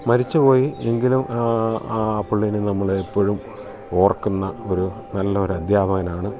മരിച്ചു പോയി എങ്കിലും ആ പുള്ളിയെ നമ്മൾ എപ്പോഴും ഓർക്കുന്ന ഒരു നല്ല ഒരു അധ്യാപകനാണ്